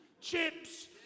Chips